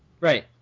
Right